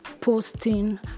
posting